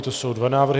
To jsou dva návrhy.